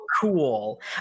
cool